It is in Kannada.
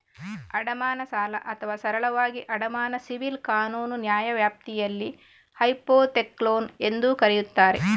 ಅಡಮಾನ ಸಾಲ ಅಥವಾ ಸರಳವಾಗಿ ಅಡಮಾನ ಸಿವಿಲ್ ಕಾನೂನು ನ್ಯಾಯವ್ಯಾಪ್ತಿಯಲ್ಲಿ ಹೈಪೋಥೆಕ್ಲೋನ್ ಎಂದೂ ಕರೆಯುತ್ತಾರೆ